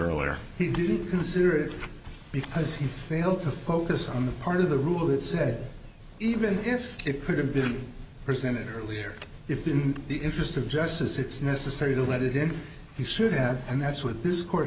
earlier he didn't consider it because he failed to focus on the part of the rule that said even if it could have been presented earlier if in the interest of justice it's necessary to let it in he should have and that's what this court